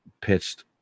pitched